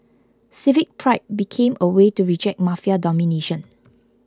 civic pride became a way to reject mafia domination